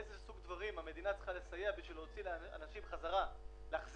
איזה סוג דברים המדינה צריכה לסייע בשביל להחזיר אנשים חזרה לתעסוקה,